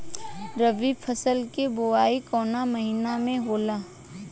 रबी फसल क बुवाई कवना महीना में होला?